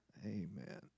Amen